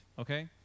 okay